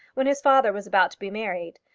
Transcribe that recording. when his father was about to be married.